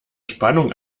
spannung